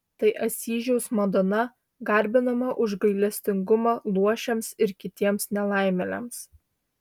tai asyžiaus madona garbinama už gailestingumą luošiams ir kitiems nelaimėliams